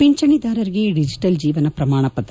ಪಿಂಚಣಿದಾರರಿಗೆ digital ಜೀವನ ಪ್ರಮಾಣ ಪತ್ರ